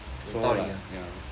有道理啦